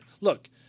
look